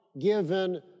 given